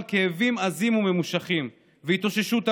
כאבים עזים וממושכים והתאוששות ארוכה,